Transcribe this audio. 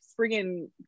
friggin